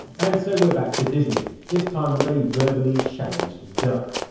and so we're back to disney, this time with a verbally challenged duck.